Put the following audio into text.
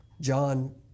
John